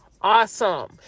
awesome